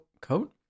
coat